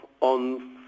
on